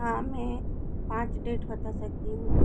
हाँ मैं पाँच डेट बता सकती हूँ